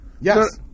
Yes